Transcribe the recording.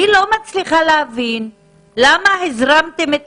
אני לא מצליחה להבין למה הזרמתם את